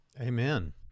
Amen